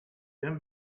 them